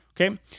Okay